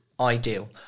ideal